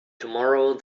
tomorrow